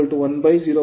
8 n1 1 0